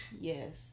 yes